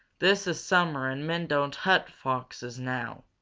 this is summer and men don't hunt foxes now.